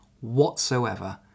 whatsoever